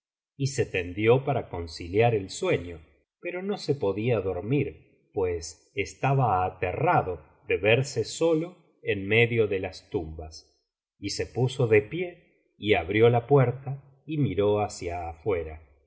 y se tendió para conciliar el sueno pero no podía dormir pues estaba aterrado de verse solo en medio de las tumbas y be puso de pie y abrió la puerta y miró hacia afuera